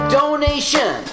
donation